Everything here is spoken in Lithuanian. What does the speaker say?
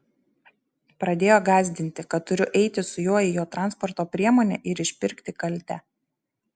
pradėjo gąsdinti kad turiu eiti su juo į jo transporto priemonę ir išpirkti kaltę